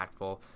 impactful